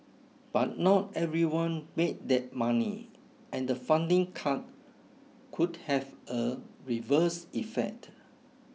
but not everyone made that money and the funding cut could have a reverse effect